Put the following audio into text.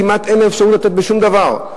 כמעט אין אפשרות לתת לו שום דבר.